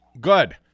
Good